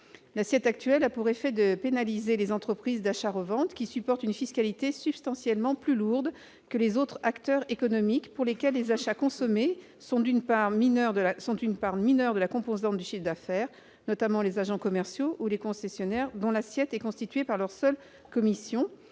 L'assiette actuelle pénalise les entreprises d'achat-revente, qui supportent une fiscalité substantiellement plus lourde que les autres acteurs économiques, pour lesquels les achats consommés sont une composante mineure du chiffre d'affaires. C'est le cas notamment pour les agents commerciaux ou les commissionnaires, dont l'assiette est constituée de leur seule commission,